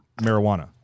marijuana